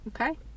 Okay